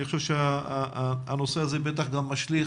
אני חושב שהנושא הזה בטח גם משליך